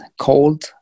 cold